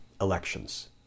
elections